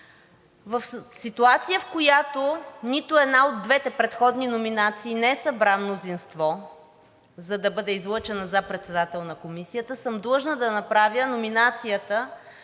В ситуация, в която нито една от двете предходни номинации не събра мнозинство, за да бъде излъчена за председател на Комисията, съм длъжна да направя номинацията